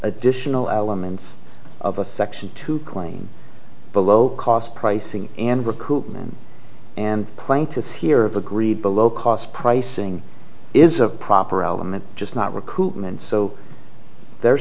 additional elements of a section to claim below cost pricing and recoupment and plaintiffs here of agreed below cost pricing is a proper element just not recoupment so they're